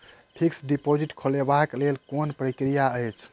Fixed deposit खोलबाक लेल केँ कुन प्रक्रिया अछि?